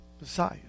Messiah